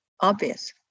obvious